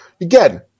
again